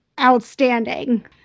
outstanding